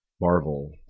Marvel